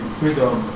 freedom